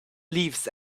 leaves